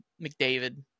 McDavid